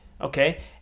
Okay